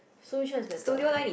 so which one is better